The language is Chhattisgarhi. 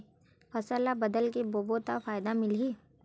फसल ल बदल के बोबो त फ़ायदा मिलही?